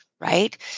right